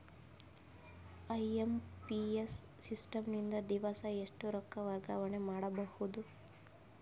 IMPS system ನಿಂದ ದಿವಸಾ ಎಷ್ಟ ರೊಕ್ಕ ವರ್ಗಾವಣೆ ಮಾಡಬಹುದು?